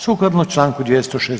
Sukladno Članku 206.